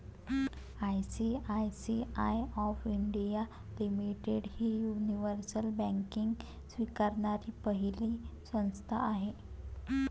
ICICI of India limited ही universal banking स्वीकारणारी पहिली संस्था आहे